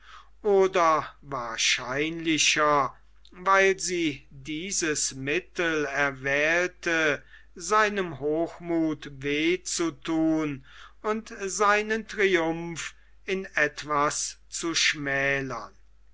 oder wahrscheinlicher weil sie dieses mittel erwählte seinem hochmuth weh zu thun und seinen triumph in etwas zu schmälern